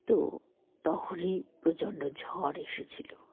তো তখনই প্রচণ্ড ঝড় এসেছিলো